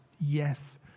Yes